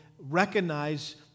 recognize